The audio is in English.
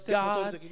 god